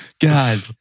God